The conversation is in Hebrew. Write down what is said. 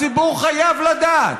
הציבור חייב לדעת.